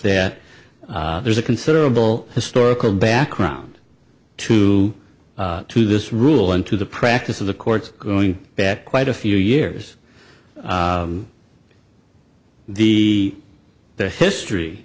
that there's a considerable historical background to to this rule and to the practice of the courts going back quite a few years the the history